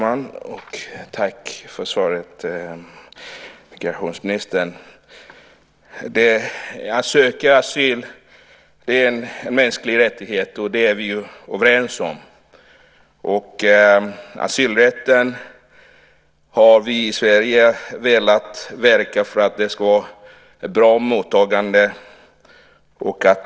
Fru talman! Tack för svaret, migrationsministern. Att söka asyl är en mänsklig rättighet. Det är vi överens om. Vi i Sverige har velat verka för att det ska vara ett bra mottagande.